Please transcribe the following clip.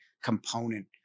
component